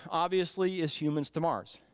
obviously, is humans to mars.